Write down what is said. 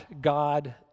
God